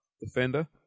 Defender